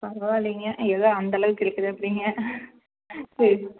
பரவாயில்லைங்க ஏதோ அந்த அளவுக்கு இருக்கிறாப்பிடிங்க சரி சரி